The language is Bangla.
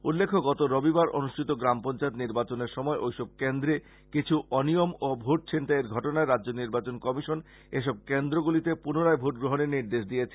উল্লেখ্য গত রবিবার অনুষ্ঠিত গ্রাম পঞ্চায়েত নির্বাচনের সময় ঐসব কেন্দ্রে কিছু অনিয়ম ও ভোট ছিনতাইয়ের ঘটনায় রাজ্য নির্বাচন কমিশন এসব কেন্দ্রগুলিতে পুনরায় ভোট গ্রহণের নির্দেশ দিয়েছে